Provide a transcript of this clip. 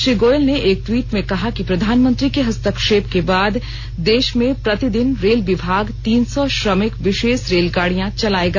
श्री गोयल ने एक टवीट में कहा कि प्रधानमंत्री के हस्तक्षेप के बाद देश में प्रतिदिन रेल विभाग तीन सौ श्रमिक विशेष रेलगाड़ियां चलाएगा